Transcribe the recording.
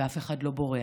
ואף אחד לא בורח.